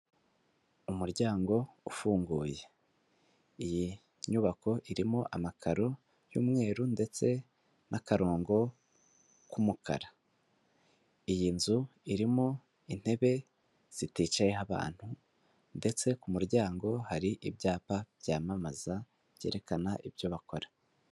Umuryango ufunguye, iyi nyubako irimo amakaro y'umweru ndetse n'akarongo k'umukara, iyi nzu irimo intebe ziticayeho abantu ndetse ku muryango hari ibyapa byamamaza byerekana ibyo bakora.